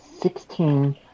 Sixteen